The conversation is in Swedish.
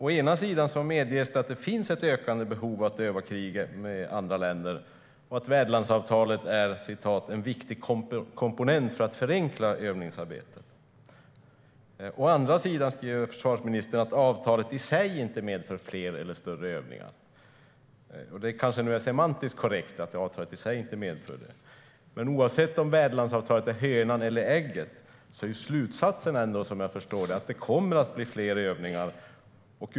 Å ena sidan medges det att det finns ett ökande behov av att öva krig med andra länder och att värdlandsavtalet är "en viktig komponent i arbetet med att förenkla övningssamarbetet". Å andra sidan säger försvarsministern att avtalet i sig inte innebär fler eller större övningar. Det är kanske semantiskt korrekt att avtalet i sig inte medför det. Men oavsett om värdlandsavtalet är hönan eller ägget är slutsatsen ändå, som jag förstår det, att det kommer att bli fler övningar.